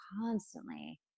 constantly